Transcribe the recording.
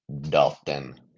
Dalton